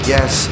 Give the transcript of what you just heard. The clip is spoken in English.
Yes